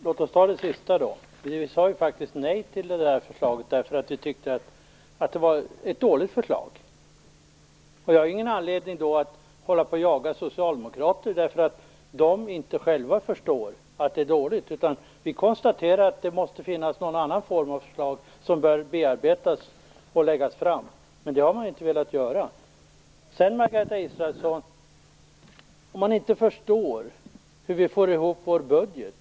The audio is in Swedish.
Herr talman! Vi sade faktiskt nej till det förslaget, därför att vi tyckte att det var dåligt. Jag har ingen anledning att hålla på och jaga socialdemokrater därför att de själva inte förstår att förslaget är dåligt. Vi konstaterar bara att det måste finnas en annan form av förslag som bör bearbetas och läggas fram, men något sådant har man inte velat medverka till. Sedan, Margareta Israelsson, till detta med att inte förstå hur vi får ihop vår budget.